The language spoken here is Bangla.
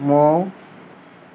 মৌ